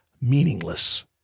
meaningless